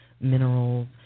minerals